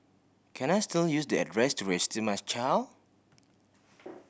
can I still use the address to register my child